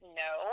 no